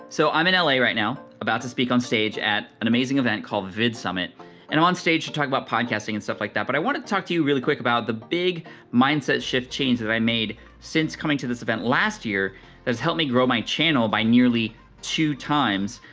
so, i'm in la right now about to speak onstage at an amazing event called vidsummit and i'm onstage to talk about podcasting and stuff like that but i wanna talk to you really quick about the big mindset shift change that i made since coming to this event last year that has helped me grow my channel by nearly two times.